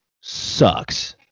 sucks